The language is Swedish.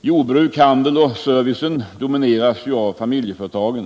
Jordbruket, handeln och servicen domineras av familjeföretag,